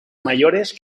mayores